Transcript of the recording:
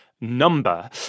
number